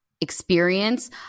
experience